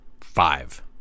five